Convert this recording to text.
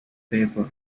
paper